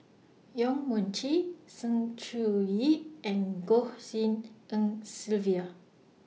Yong Mun Chee Sng Choon Yee and Goh Tshin En Sylvia